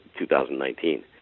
2019